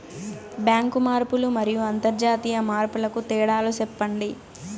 Bank మార్పులు మరియు అంతర్జాతీయ మార్పుల కు తేడాలు సెప్పండి?